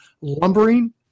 lumbering